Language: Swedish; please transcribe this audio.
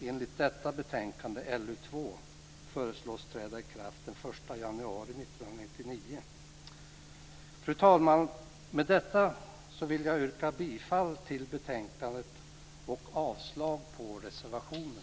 Enligt betänkande LU2 föreslås denna lag träda i kraft den 1 januari 1999. Fru talman! Med detta vill jag yrka bifall till hemställan i betänkandet och avslag på reservationen.